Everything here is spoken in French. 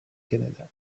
canada